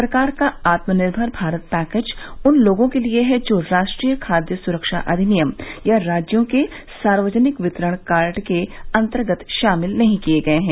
सरकार का आत्मनिर्भर भारत पैकेज उन लोगों के लिए है जो राष्ट्रीय खाद्य सुरक्षा अधिनियम या राज्यों के सार्वजनिक वितरण कार्ड के अंतर्गत शामिल नहीं किए गए हैं